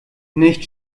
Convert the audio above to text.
nicht